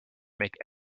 make